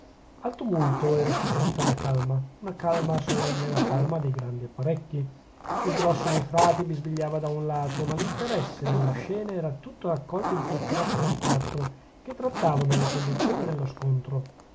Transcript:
al tumulto era succeduta la calma una calma solenne la calma dei grandi apparecchi il grosso dei frati bisbigliava da un lato ma l'interesse della scena era tutto raccolto in quel crocchio di quattro che trattavano le condizioni dello scontro